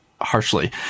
harshly